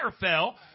fell